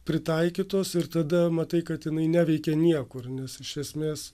pritaikytos ir tada matai kad jinai neveikia niekur nes iš esmės